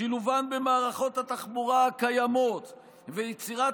שילובם במערכות התחבורה הקיימות ויצירת